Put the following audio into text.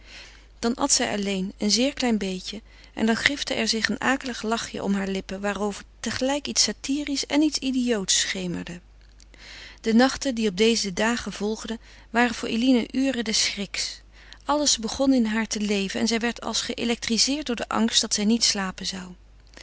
dan at zij alleen een zeer klein beetje en dan grifte er zich een akelig lachje om haar lippen waarover tegelijk iets satirisch en iets idioots schemerde de nachten die op deze dagen volgden waren voor eline uren des schriks alles begon in haar te leven en zij werd als geëlectriseerd door den angst dat zij niet slapen kon